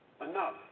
enough